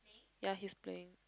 ya he's playing